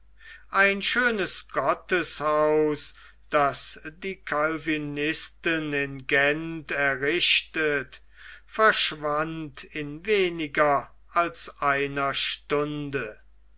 ein schönes gotteshaus das die calvinisten in gent errichtet verschwand in weniger als einer stunde